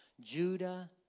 Judah